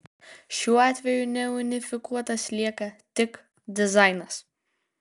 šiuo atveju neunifikuotas lieka tik dizainas